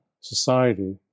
society